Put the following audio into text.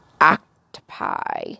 octopi